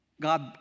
God